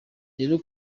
rero